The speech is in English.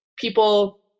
people